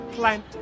Plant